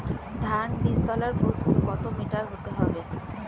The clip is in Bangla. ধান বীজতলার প্রস্থ কত মিটার হতে হবে?